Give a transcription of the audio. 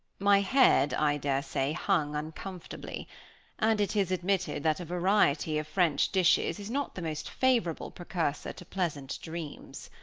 my head, i daresay, hung uncomfortably and it is admitted that a variety of french dishes is not the most favorable precursor to pleasant dreams.